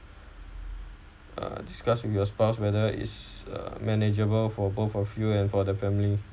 uh discuss with your spouse whether is uh manageable for both of you and for the family